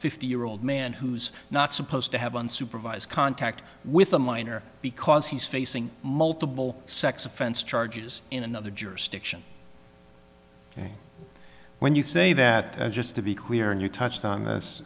fifty year old man who's not supposed to have unsupervised contact with a minor because he's facing multiple sex offense charges in another jurisdiction ok when you say that just to be clear and you touched on this